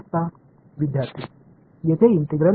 विद्यार्थी तेथे इंटिग्रल नाही